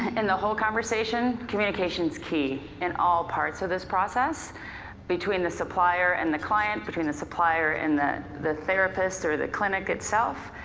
and the whole conversation, communication's key in all parts of this process between the supplier and the client, between the supplier and the the therapist or the clinic itself.